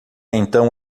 então